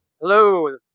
Hello